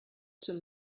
too